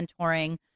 mentoring